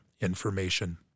information